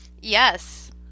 Yes